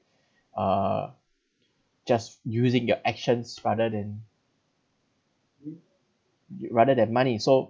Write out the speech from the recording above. uh just using your actions rather than rather than money so